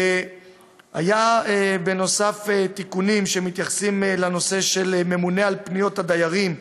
היו בנוסף תיקונים שמתייחסים לנושא של ממונה על פניות הדיירים,